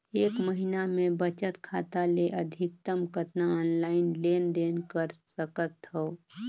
एक महीना मे बचत खाता ले अधिकतम कतना ऑनलाइन लेन देन कर सकत हव?